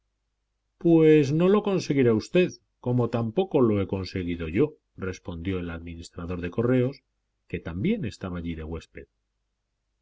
pues no lo conseguirá usted como tampoco lo he conseguido yo respondió el administrador de correos que también estaba allí de huésped